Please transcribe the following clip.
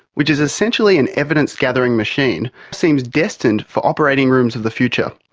which is essentially an evidence gathering machine, seems destined for operating rooms of the future.